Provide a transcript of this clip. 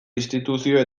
instituzioa